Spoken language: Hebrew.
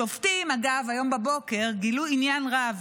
אגב, היום בבוקר השופטים גילו עניין רב